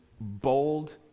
bold